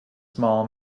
small